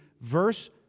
verse